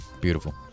Beautiful